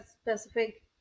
specific